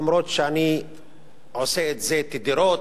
אף שאני עושה את זה בתדירות,